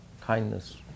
kindness